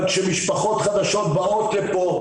אבל כשמשפחות חדשות באות לפה,